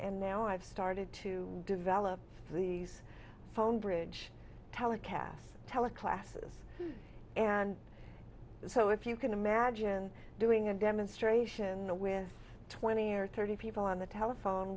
and now i've started to develop these phone bridge telecasts tele classes and so if you can imagine doing a demonstration or with twenty or thirty people on the telephone